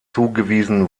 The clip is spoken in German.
zugewiesen